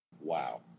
Wow